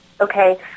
okay